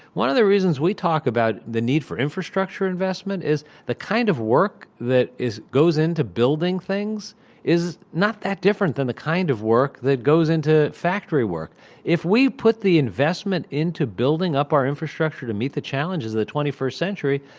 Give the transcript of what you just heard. one of the reasons we talk about the need for infrastructure investment is the kind of work that is goes into building things is not that different than the kind of work that goes into factory work if we put the investment into building up our infrastructure to meet the challenges of the twenty first century,